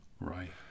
Right